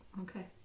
Okay